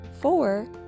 four